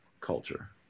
culture